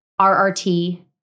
RRT